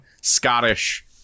Scottish